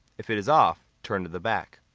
if it is off, turn to the back.